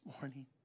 morning